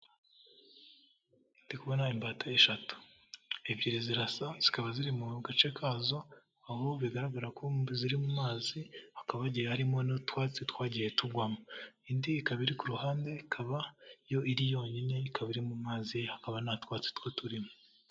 Ndi kubona imbata eshatu, ebyiri zirasa zikaba ziri mu gace kazo aho bigaragara ko ziri mu mazi, hakaba hagiye harimo n'utwatsi twagiye tugwamo, indi ikaba iri ku ruhande ikaba yo iri yonyine, ikaba iri mu mazi hakaba nta twatsi two turimo.